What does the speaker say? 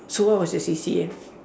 so what was your C_C_A